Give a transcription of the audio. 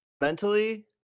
mentally